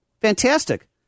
Fantastic